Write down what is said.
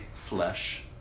flesh